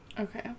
Okay